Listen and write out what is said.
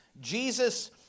Jesus